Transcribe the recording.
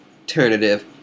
alternative